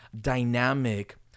dynamic